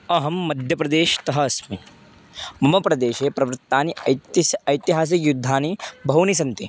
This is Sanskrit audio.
अहं मध्यप्रदेशतः अस्मि मम प्रदेशे प्रवृत्तानि ऐतिस् ऐतिहासकयुद्धानि बहूनि सन्ति